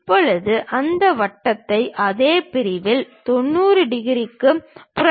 இப்போது அந்த வட்டத்தை அதே பிரிவில் 90 டிகிரிக்கு புரட்டவும்